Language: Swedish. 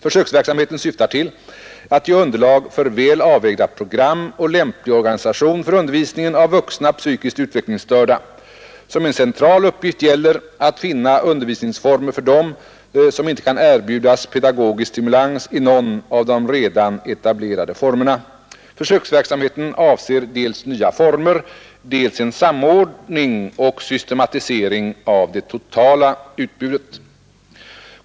Försöksverksamheten syftar till att ge underlag för väl avvägda program och lämplig organisation för undervisningen av vuxna psykiskt utvecklingsstörda. Som en central uppgift gäller att finna undervisningsformer för dem som inte kan erbjudas pedagogisk stimulans i någon av de redan etablerade formerna. Försöksverksamheten avser dels nya former, dels en samordning och systematisering av det totala utbudet.